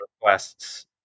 requests